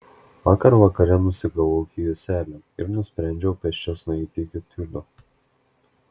vakar vakare nusigavau iki juselio ir nusprendžiau pėsčias nueiti iki tiulio